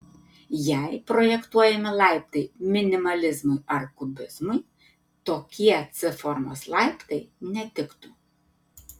jei projektuojami laiptai minimalizmui ar kubizmui tokie c formos laiptai netiktų